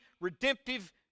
redemptive